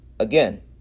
Again